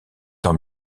tant